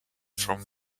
from